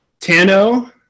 Tano